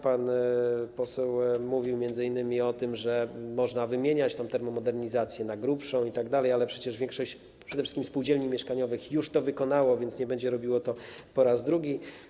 Pan poseł mówił m.in. o tym, że można wymieniać tę termomodernizację na grubszą itd., ale przecież większość przede wszystkim spółdzielni mieszkaniowych już to wykonała, więc nie będzie tego robiła po raz drugi.